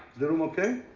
the room ok?